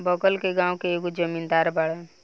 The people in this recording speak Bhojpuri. बगल के गाँव के एगो जमींदार बाड़न